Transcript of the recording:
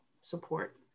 support